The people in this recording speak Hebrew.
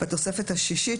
בתוספת השישית,